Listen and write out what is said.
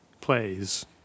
plays